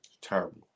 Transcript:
Terrible